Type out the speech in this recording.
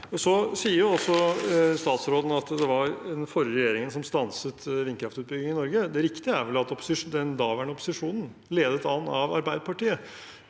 Statsråden sier at det var den forrige regjeringen som stanset vindkraftutbygging i Norge. Det riktige er vel at den daværende opposisjonen, ledet an av Arbeiderpartiet,